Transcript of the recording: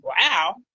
wow